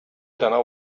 know